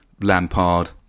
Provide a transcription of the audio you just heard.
Lampard